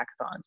hackathons